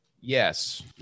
Yes